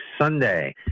sunday